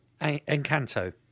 Encanto